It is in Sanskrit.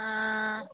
आ